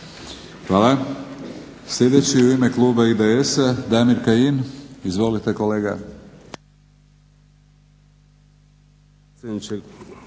Hvala. Sljedeći u ime kluba IDS-a Damir Kajin. Izvolite kolega.